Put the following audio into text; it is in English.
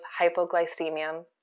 hypoglycemia